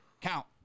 count